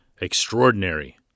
extraordinary